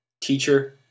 Teacher